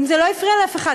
אם זה לא הפריע לאף אחד,